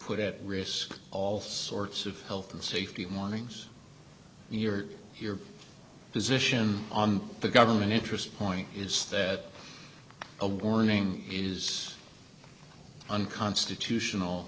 put at risk all sorts of health and safety warnings your your position on the government interest point is that a warning is unconstitutional